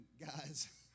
guys